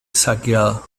saqueada